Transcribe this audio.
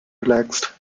relaxed